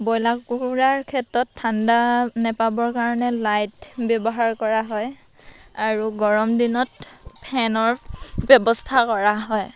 broiler কুকুৰাৰ ক্ষেত্ৰত ঠাণ্ডা নেপাবৰ কাৰণে লাইট ব্যৱহাৰ কৰা হয় আৰু গৰম দিনত ফেনৰ ব্যৱস্থা কৰা হয়